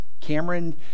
Cameron